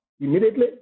immediately